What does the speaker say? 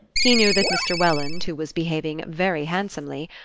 he knew that mr. welland, who was behaving very handsomely,